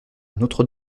notre